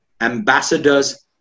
ambassadors